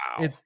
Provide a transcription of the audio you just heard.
wow